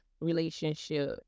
relationship